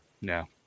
No